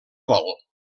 vol